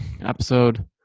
episode